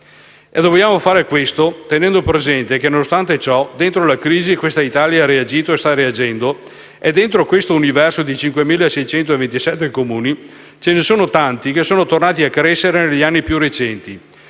Dobbiamo fare questo tenendo presente che, nonostante ciò, questa Italia dentro la crisi ha reagito e sta reagendo. E dentro questo universo di 5.627 Comuni ve ne sono alcuni che sono tornati a crescere negli anni più recenti,